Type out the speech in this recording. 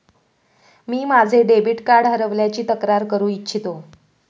मी माझे debit card हरवल्याची तक्रार करू इच्छितो